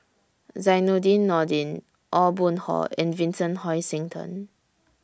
Zainudin Nordin Aw Boon Haw and Vincent Hoisington